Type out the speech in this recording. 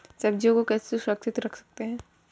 सब्जियों को कैसे सुरक्षित रख सकते हैं?